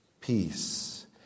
Peace